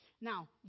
Now